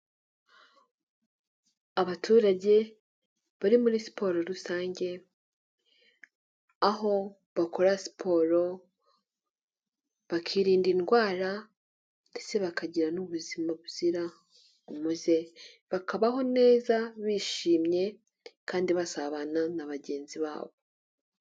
Abaturage bari muri siporo rusange aho bakora siporo bakirinda indwara ndetse bakagira n'ubuzima buzira umuze bakabaho neza bishimye kandi basabana na bagenzi babo.